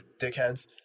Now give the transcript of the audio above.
dickheads